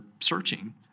searching